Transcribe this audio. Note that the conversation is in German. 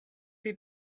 die